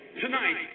tonight